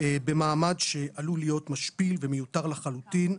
במעמד שעלול להיות משפיל ומיותר לחלוטין.